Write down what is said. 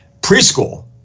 preschool